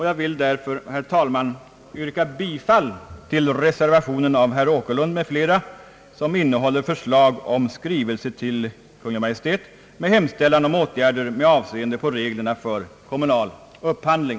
Jag vill därför, herr talman, yrka bifall till reservationen av herr Åkerlund m.fl., som innehåller förslag om skrivelse till Kungl. Maj:t med hemställan om åtgärder avseende reglerna för kommunal upphandling.